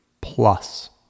Plus